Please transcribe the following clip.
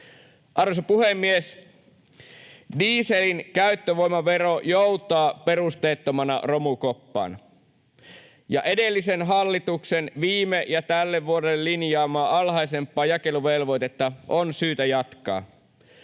Arvoisa puhemies! Dieselin käyttövoimavero joutaa perusteettomana romukoppaan, ja edellisen hallituksen viime ja tälle vuodelle linjaamaa alhaisempaa jakeluvelvoitetta on syytä jatkaa,